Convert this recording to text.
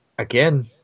Again